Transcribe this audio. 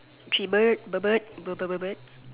Chi bird bird bird bird bird bird bird